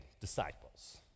disciples